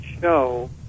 show